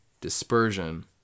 dispersion